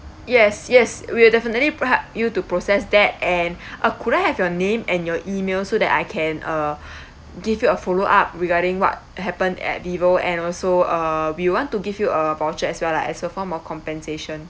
yes yes we'll definitely hel~ you to process that and uh could I have your name and your email so that I can uh give you a follow up regarding what happened at vivo and also uh we'll want to give you a voucher as well lah as a form of compensation